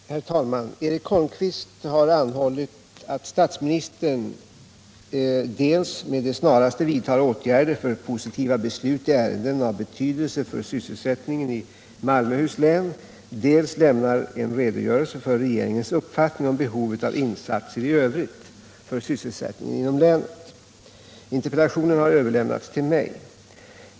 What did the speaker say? Herr talman! Eric Holmqvist har anhållit att statsministern dels med det snaraste vidtar åtgärder för positiva beslut i ärenden av betydelse för sysselsättningen i Malmöhus län, dels lämnar en redogörelse för regeringens uppfattning om behovet av insatser i övrigt för sysselsättningen inom länet. Interpellationen har överlämnats till mig.